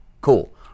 Cool